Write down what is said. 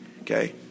Okay